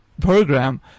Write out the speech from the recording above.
program